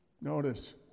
Notice